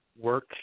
work